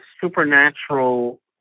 supernatural